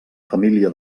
família